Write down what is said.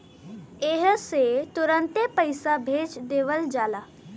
एह से तुरन्ते पइसा भेज देवल जाला